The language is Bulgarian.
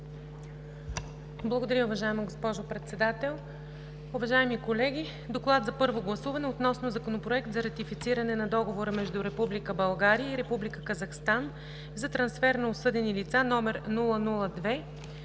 Благодаря, уважаема госпожо Председател. Уважаеми колеги! „ДОКЛАД за първо гласуване относно Законопроект за ратифициране на Договора между Република България и Република Казахстан за трансфер на осъдени лица, №